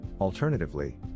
Alternatively